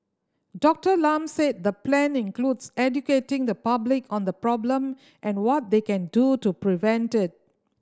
Doctor Lam said the plan includes educating the public on the problem and what they can do to prevent it